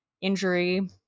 injury